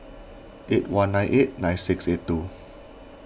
eight one nine eight nine six eight two